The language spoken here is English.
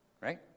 right